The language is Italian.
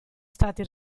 stati